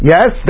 Yes